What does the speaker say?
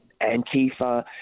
Antifa